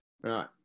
right